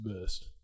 best